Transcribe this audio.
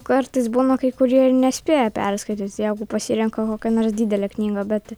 nu kartais būna kai kurie ir nespėja perskaityt jeigu pasirenka kokią nors didelę knygą bet